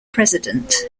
president